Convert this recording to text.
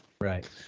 Right